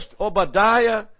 Obadiah